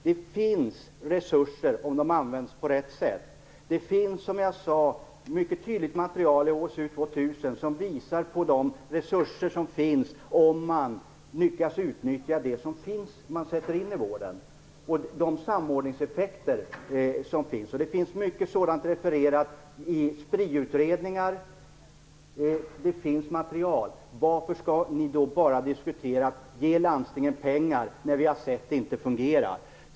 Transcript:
Det finns resurser om de används på rätt sätt. Det finns, som jag sade, mycket tydligt material i HSU 2000 som visar vilka resurser som finns om man lyckas utnyttja det man sätter in i vården och de samordningseffekter som finns. Det finns mycket sådant refererat i Spri-utredningar. Det finns material. Varför skall ni då bara diskutera att ge landstingen pengar, när vi har sett att det inte fungerar?